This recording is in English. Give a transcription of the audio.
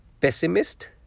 pessimist